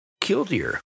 killdeer